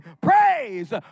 praise